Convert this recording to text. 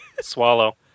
Swallow